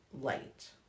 light